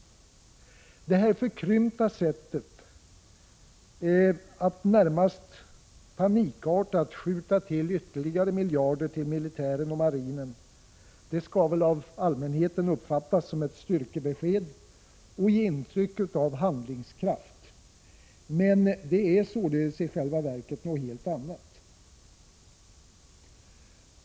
Detta förkrympta synsätt, att närmast panikartat skjuta till ytterligare miljarder till militären och marinen, skall väl av allmänheten uppfattas som ett styrkebesked och ge intryck av handlingskraft, men är således i själva verket något helt annat.